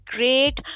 Great